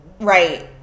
right